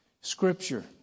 Scripture